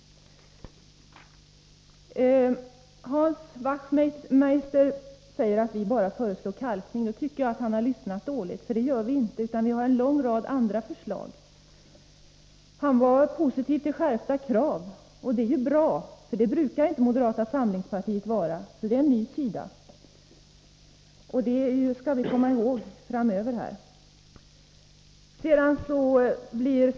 Hans Wachtmeister säger att vi bara föreslår kalkning. Jag tycker att han har lyssnat dåligt. Vi föreslår inte bara detta för vi har en lång rad andra förslag. Hans Wachtmeister var positiv till skärpta krav. Det är bra, för det brukar inte moderata samlingspartiet vara. Det är en ny sida som man visar upp, och det skall vi komma ihåg framöver.